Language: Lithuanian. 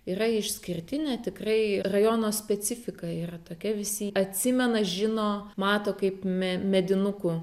yra išskirtinė tikrai rajono specifika yra tokia visi atsimena žino mato kaip me medinukų